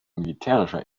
militärischer